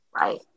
Right